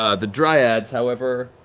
ah the dryads, however,